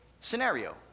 scenario